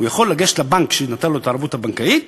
הוא יכול לגשת לבנק שנתן לו את הערבות הבנקאית